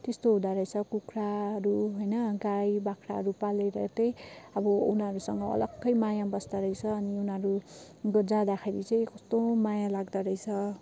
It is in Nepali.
त्यस्तो हुँदोरहेछ कुखुराहरू होइन गाई बाख्राहरू पालेर चाहिँ अब उनीहरूसँग अलगै माया बस्दाोरहेछ अनि उनीहरू जाँदाखेरि चाहिँ कस्तो माया लाग्दोरहेछ